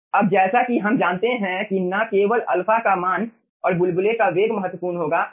अब जैसा कि हम जानते हैं कि न केवल α का मान और बुलबुले का वेग महत्वपूर्ण होगा